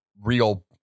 real